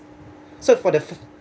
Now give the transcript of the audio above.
so for the